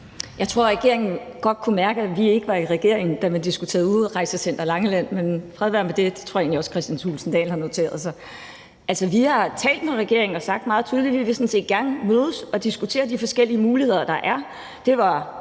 Jeg tror, at regeringen godt kunne mærke, at vi ikke var i regering, da man diskuterede udrejsecenter Langeland, men fred være med det. Det tror jeg egentlig også Kristian Thulesen Dahl har noteret sig. Altså, vi har talt med regeringen og sagt meget tydeligt, at vi sådan set gerne vil mødes og diskutere de forskellige muligheder, der er.